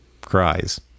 cries